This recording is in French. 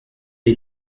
est